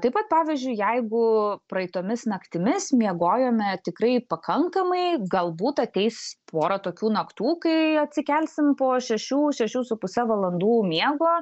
taip pat pavyzdžiui jeigu praeitomis naktimis miegojome tikrai pakankamai galbūt ateis pora tokių naktų kai atsikelsim po šešių šešių su puse valandų miego